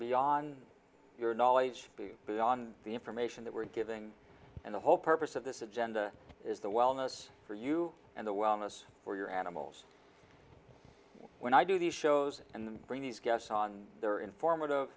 beyond your knowledge to build on the information that we're giving and the whole purpose of this agenda is the wellness for you and the wellness for your animals when i do these shows and bring these guests on their informative